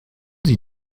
sie